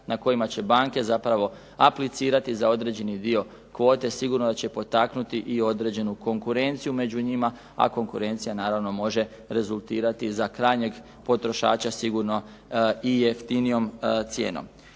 na kojima će banke zapravo aplicirati za određeni dio kvote, sigurno da će potaknuti i određenu konkurenciju među njima. A konkurencija može naravno rezultirati za krajnjeg potrošača sigurno i jeftinijom cijenom.